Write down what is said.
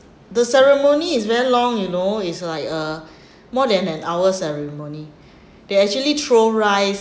ceremony is very long you know it's like uh more than an hour ceremony they actually throw rice